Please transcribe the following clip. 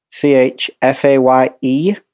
C-H-F-A-Y-E